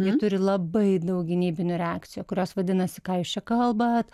jie turi labai daug gynybinių reakcijų kurios vadinasi ką jūs čia kalbat